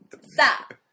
stop